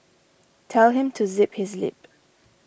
tell him to zip his lip